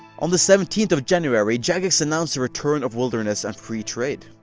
on the seventeenth of january jagex announced the return of wilderness and free trade.